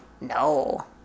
No